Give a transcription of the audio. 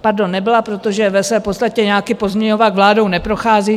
Pardon, nebyla, protože ve své podstatě nějaký pozměňovák vládou neprochází.